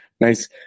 nice